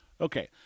Okay